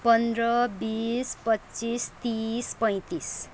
पन्ध्र बिस पच्चिस तिस पैँतिस